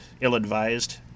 ill-advised